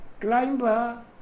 climber